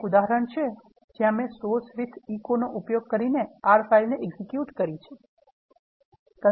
આ એક ઉદાહરણ છે જ્યાં મેં source with echo ઉપયોગ કરીને R ફાઇલ execute કરી છે